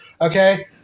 Okay